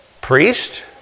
priest